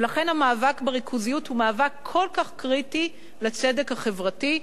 ולכן המאבק בריכוזיות הוא מאבק כל כך קריטי לצדק החברתי.